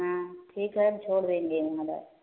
हाँ ठीक है हम छोड़ देंगे वहाँ पर